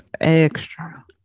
extra